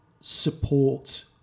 support